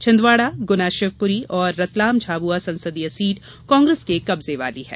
छिंदवाड़ा गुना शिवपुरी और रतलाम झाबुआ संसदीय सीट कांग्रेस के कब्जे वाली हैं